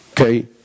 okay